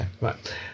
right